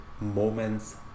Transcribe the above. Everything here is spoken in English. moments